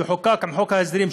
שחוקק עם חוק ההסדרים,